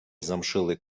замшелой